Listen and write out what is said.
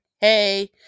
Hey